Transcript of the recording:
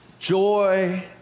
Joy